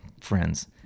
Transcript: friends